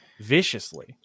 viciously